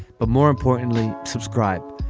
but more importantly subscribe.